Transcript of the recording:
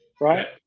right